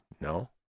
No